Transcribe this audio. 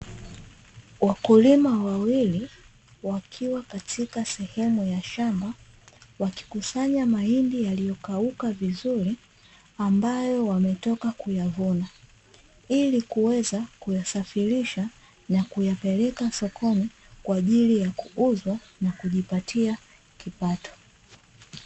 Wakulima wawili wakiwa katika sehemu ya shamba, wakikusanya mahindi yaliyokauka vizuri ambayo wametoka kuyavuna ili kuweza kuyasafirisha na kuyapeleka sokoni kwa ajili ya kuuzwa na kujipatia kipato.